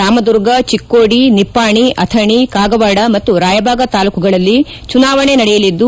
ರಾಮದುರ್ಗ ಚಿಕೋಡಿ ನಿಪ್ಪಾಣಿ ಅಥಣಿ ಕಾಗವಾಡ ಮತ್ತು ರಾಯಬಾಗ ತಾಲೂಕುಗಳಲ್ಲಿ ಚುನಾವಣೆ ನಡೆಯಲಿದ್ದು